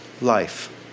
life